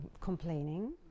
complaining